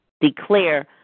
Declare